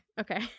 Okay